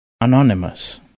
ANONYMOUS